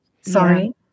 Sorry